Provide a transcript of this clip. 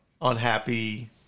unhappy